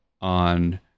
on